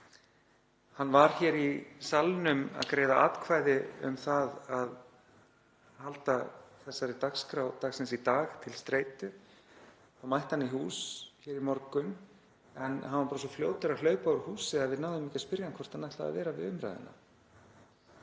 Hann var hér í salnum að greiða atkvæði um að halda þessari dagskrá dagsins í dag til streitu. Þá mætti hann í hús hér í morgun en hann var bara svo fljótur að hlaupa úr húsi að við náðum ekki að spyrja hann hvort hann ætlaði að vera við umræðuna.